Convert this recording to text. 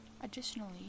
Additionally